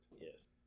Yes